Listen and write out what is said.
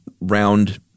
round